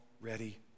ready